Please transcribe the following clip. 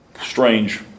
Strange